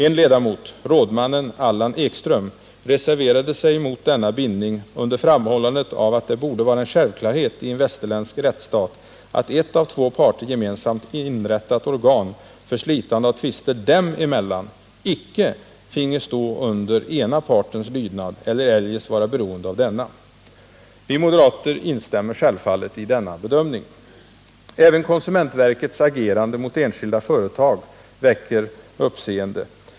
En ledamot, rådmannen Allan Ekström, reserverade sig mot denna bindning under framhållande av att det borde vara en självklarhet i en västerländsk rättsstat att ett av två parter gemensamt inrättat organ för slitande av tvister dem emellan icke finge stå under ena partens lydnad eller eljest vara beroende av denna. Vi moderater instämmer självfallet i denna bedömning. Även konsumentverkets agerande mot enskilda företag väcker uppseende.